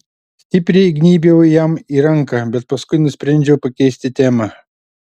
stipriai įgnybiau jam į ranką bet paskui nusprendžiau pakeisti temą